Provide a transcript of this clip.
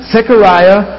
Zechariah